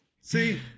See